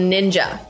Ninja